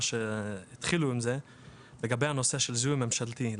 שנאמרו לגבי הנושא של הזיהוי הממשלתי.